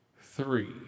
Three